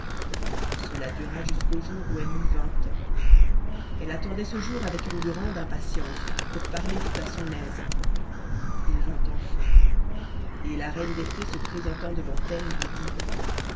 cela dura jusqu'au jour où elle eut vingt ans elle attendait ce jour avec une grande impatience pour parler tout à son aise il vint enfin et la reine des fées se présentant devant elle lui dit